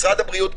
משרד הבריאות,